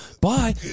Bye